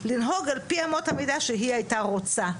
לנהוג על פי אמות המידה שהיא הייתה רוצה.